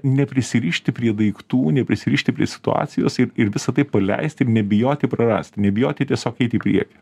neprisirišti prie daiktų neprisirišti prie situacijos ir ir visa tai paleisti nebijoti prarasti nebijoti tiesiog eit į priekį